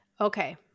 Okay